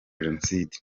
jenoside